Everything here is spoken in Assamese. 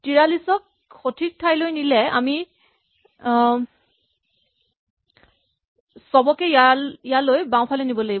৪৩ ক সঠিক ঠাইলৈ নিলে আমি চবকে ইয়ালৈ বাওঁফালে নিব লাগিব